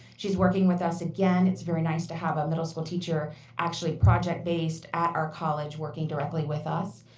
she's working with us again. it's very nice to have a middle school teacher actually project based at our college working directly with us.